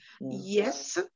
yes